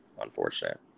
Unfortunate